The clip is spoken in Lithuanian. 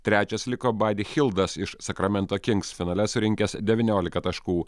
trečias liko badi hildas iš sakramento kings finale surinkęs devyniolika taškų